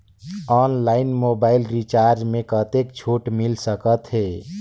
Online mobile recharge मे कतेक छूट मिल सकत हे?